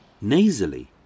nasally